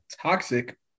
toxic